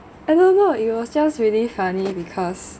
I don't know it was just really funny because